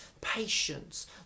patience